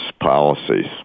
policies